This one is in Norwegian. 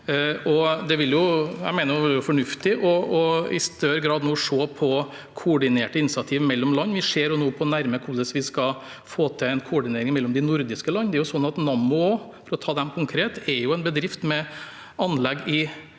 det vil være fornuftig i større grad å se på koordinerte initiativ mellom land. Vi ser nå nærmere på hvordan vi skal få til en koordinering mellom de nordiske land. For å ta Nammo konkret er det en bedrift med anlegg i mange